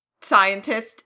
scientist